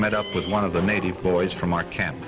met up with one of the native boys from our camp